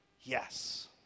Yes